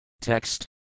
Text